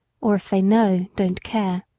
or, if they know, don't care.